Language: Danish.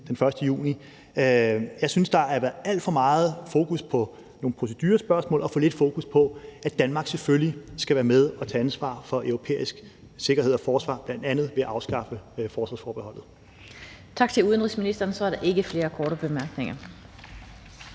den 1. juni. Jeg synes, der har været alt for meget fokus på nogle procedurespørgsmål og for lidt fokus på, at Danmark selvfølgelig skal være med og tage ansvar for europæisk sikkerhed og forsvar, bl.a. ved at afskaffe forsvarsforbeholdet. Kl. 17:13 Den fg. formand (Annette Lind): Tak til udenrigsministeren. Der er ikke flere korte bemærkninger.